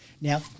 Now